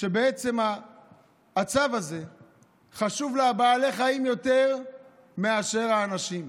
בעצם בצו הזה שחשובים לה בעלי החיים יותר מאשר האנשים.